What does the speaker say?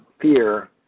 fear